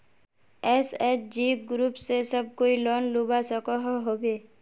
SHG group से सब कोई लोन लुबा सकोहो होबे?